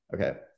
okay